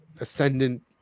ascendant